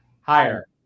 Higher